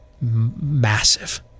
massive